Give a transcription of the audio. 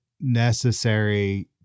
necessary